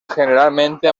generalmente